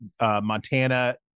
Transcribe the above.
Montana